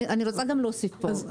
אני רוצה גם להוסיף פה.